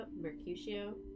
Mercutio